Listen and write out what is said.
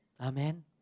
Amen